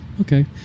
okay